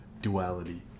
duality